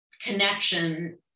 connection